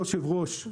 היושב-ראש,